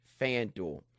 FanDuel